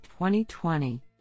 2020